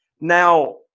Now